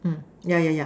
yeah yeah yeah